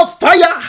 fire